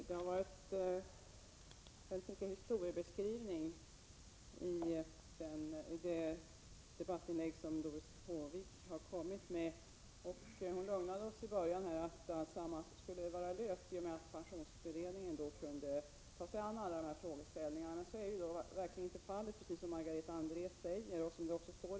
Herr talman! Det var mycket av historieskrivning i Doris Håviks debattinlägg. I början av sitt anförande lugnade hon oss med att problemen skulle vara lösta i och med att pensionsberedningen skulle ta sig an alla dessa frågeställningar. Men, precis som Margareta Andrén sade, detta är ju inte alls fallet.